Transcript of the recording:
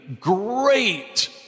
great